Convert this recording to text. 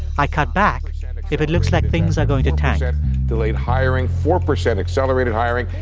i cut back if it looks like things are going to tank delayed hiring, four percent accelerated hiring.